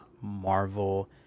Marvel